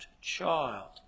child